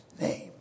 name